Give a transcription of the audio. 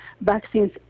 vaccines